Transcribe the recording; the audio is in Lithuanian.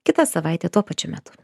kitą savaitę tuo pačiu metu